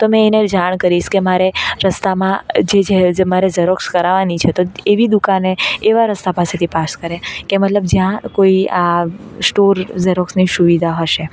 તો મેં એને જાણ કરીશ કે મારે રસ્તામાં જે જે મારે ઝેરોક્ષ કરાવવાની છે તો એવી દુકાને એવા રસ્તા પાસેથી પાસ કરે કે મતલબ જ્યાં કોઈ આ સ્ટોર ઝેરોક્ષની સુવિધા હશે